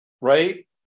right